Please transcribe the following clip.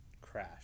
crash